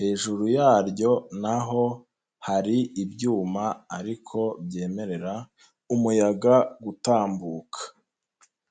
hejuru yaryo na ho hari ibyuma ariko byemerera umuyaga gutambuka.